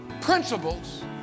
principles